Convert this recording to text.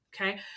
okay